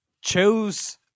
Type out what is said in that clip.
chose